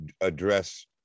address